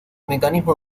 mecanismo